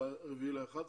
4.11,